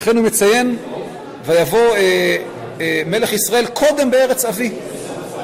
לכן הוא מציין, ויבוא מלך ישראל קודם בארץ אבי.